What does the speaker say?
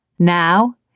Now